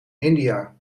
india